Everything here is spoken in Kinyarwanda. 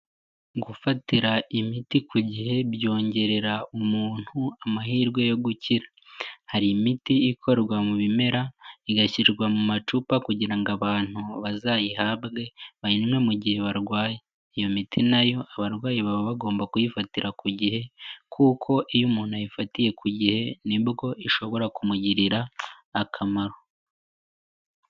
Gufatira imiti ku gihe byongerera umuntu amahirwe yo gukira, hari imiti ikorwa mu bimera, igashyirwa mu macupa kugira ngo abantu bazayihabwe bayinywe mu gihe barwaye, iyo miti nayo abarwayi baba bagomba kuyifatira ku gihe, kuko iyo umuntu ayifatiye ku gihe nibwo ishobora kumugirira akamaro.